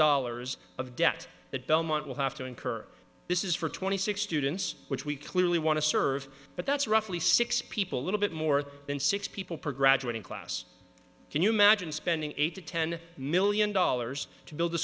dollars of debt that belmont will have to incur this is for twenty six students which we clearly want to serve but that's roughly six people little bit more than six people per graduating class can you imagine spending eight to ten million dollars to build